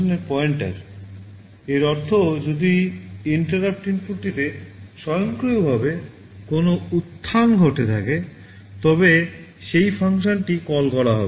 rise ইনপুটটিতে স্বয়ংক্রিয়ভাবে কোনও উত্থান ঘটে থাকে তবে সেই ফাংশনটি কল করা হবে